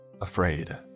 Afraid